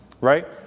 right